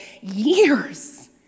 years